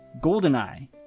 GoldenEye